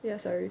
ya sorry